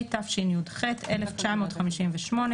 התשי"ח-1958,